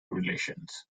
relations